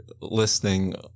listening